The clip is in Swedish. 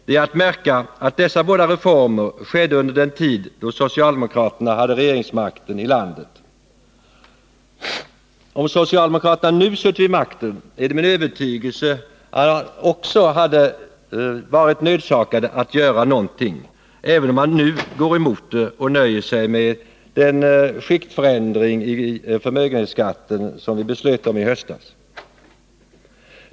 Det är att märka att dessa båda reformer skedde under den tid då socialdemokraterna hade regeringsmakten i landet. Om socialdemokraterna nu skulle sitta vid makten är det min övertygelse att de också hade varit nödsakade att göra någonting, även om de nu går emot regeringens förslag och nöjer sig med den skiktändring i förmögenhetsskatten som vi beslöt om i höstas.